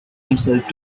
himself